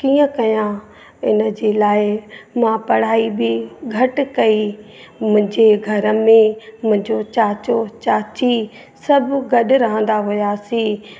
कीअं कयां इन जे लाइ मां पढ़ाई बि घटि कई मुंहिंजे घर में मुंहिंजो चाचो चाची सभु गॾु रहंदा हुयासीं